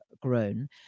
grown